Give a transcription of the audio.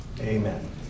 amen